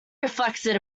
reflected